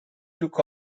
took